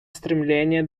стремление